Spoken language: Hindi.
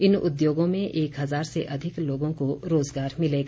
इन उद्योगों में एक हज़ार से अधिक लोगों को रोज़गार मिलेगा